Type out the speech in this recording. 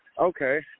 Okay